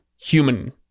human